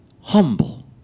humble